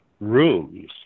rooms